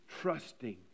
trusting